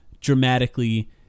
dramatically